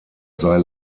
sei